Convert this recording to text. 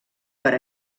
per